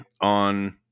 on